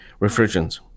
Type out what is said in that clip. refrigerants